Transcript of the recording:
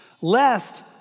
lest